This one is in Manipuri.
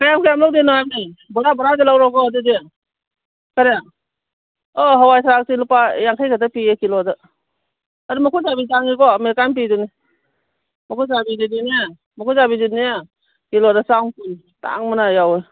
ꯀꯌꯥꯝ ꯀꯌꯥꯝ ꯂꯧꯗꯣꯏꯅꯣ ꯍꯥꯏꯕꯅꯤ ꯕꯣꯔꯥ ꯕꯣꯔꯥꯗ ꯂꯧꯔꯣꯀꯣ ꯑꯗꯨꯗꯤ ꯀꯔꯤ ꯑꯣ ꯍꯋꯥꯏ ꯊꯔꯥꯛꯇꯤ ꯂꯨꯄꯥ ꯌꯥꯡꯈꯩ ꯈꯛꯇ ꯄꯤꯌꯦ ꯀꯤꯂꯣꯗ ꯑꯗꯨ ꯃꯀꯨ ꯆꯥꯕꯤ ꯇꯥꯡꯉꯦꯀꯣ ꯑꯥꯃꯦꯔꯤꯀꯥꯟ ꯄꯤꯗꯨꯅꯤ ꯃꯀꯨ ꯆꯥꯕꯤꯗꯗꯤꯅꯦ ꯃꯀꯨ ꯆꯥꯕꯤꯗꯤꯅꯦ ꯀꯤꯂꯣꯗ ꯆꯥꯝꯃ ꯀꯨꯟ ꯇꯥꯡꯕꯅ ꯌꯧꯏ